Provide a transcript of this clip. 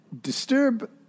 disturb